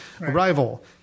Arrival